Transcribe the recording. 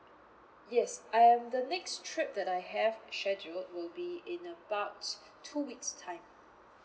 yes and the next trip that I have scheduled will be in about two weeks time